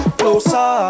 closer